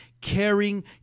caring